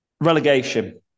Relegation